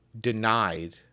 denied